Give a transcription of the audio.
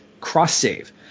cross-save